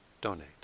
donate